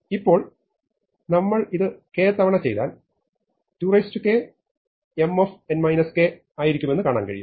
ഇപ്പോൾ നമ്മൾ ഇത് k തവണ ചെയ്താൽ 2k M ആയിരിക്കുമെന്ന് കാണാൻ കഴിയും